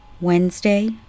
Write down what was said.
Wednesday